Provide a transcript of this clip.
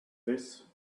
this